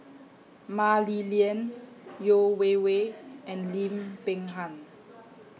Mah Li Lian Yeo Wei Wei and Lim Peng Han